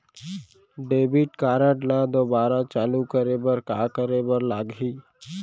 Debit card ला दोबारा चालू करे बर का करे बर लागही?